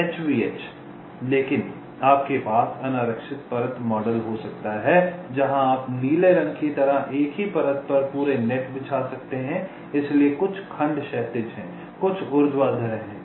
HVH लेकिन आपके पास अनारक्षित परत मॉडल हो सकता है जहां आप नीले रंग की तरह एक ही परत पर पूरे नेट बिछा सकते हैं इसलिए कुछ खंड क्षैतिज हैं कुछ ऊर्ध्वाधर हैं